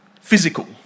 physical